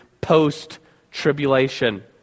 post-tribulation